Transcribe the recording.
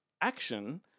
action